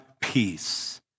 peace